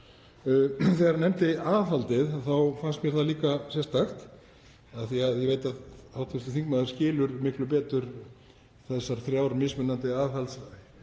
Þegar hann nefndi aðhaldið þá fannst mér það líka sérstakt, af því að ég veit að hv. þingmaður skilur miklu betur þessar þrjár mismunandi aðhaldsúttektir